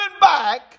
back